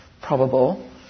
probable